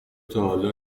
تاحالا